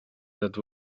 that